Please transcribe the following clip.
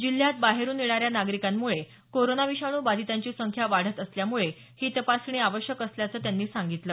जिल्ह्यात बाहेरुन येणाऱ्या नागरिकांमुळे कोरोना विषाणू बाधितांची संख्या वाढत असल्यामुळे ही तपासणी आवश्यक असल्याचं त्यांनी सांगितलं